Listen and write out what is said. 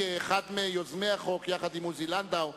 כאחד מיוזמי החוק עם עוזי לנדאו,